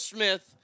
Smith